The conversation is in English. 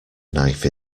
knife